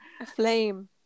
Aflame